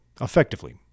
effectively